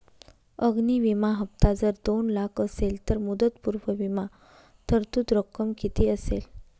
अग्नि विमा हफ्ता जर दोन लाख असेल तर मुदतपूर्व विमा तरतूद रक्कम किती असेल?